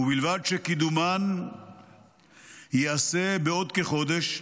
ובלבד שקידומן ייעשה בעוד כחודש,